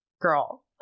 Girl